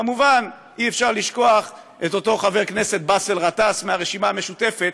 כמובן אי-אפשר לשכוח את אותו חבר כנסת באסל גטאס מהרשימה המשותפת,